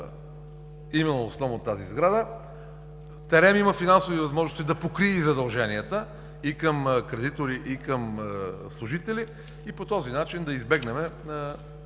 „Терем“ има финансови възможности да покрие задълженията и към кредитори, и към служители, и по този начин да избегнем